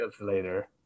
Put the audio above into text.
later